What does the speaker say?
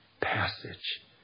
passage